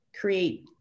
create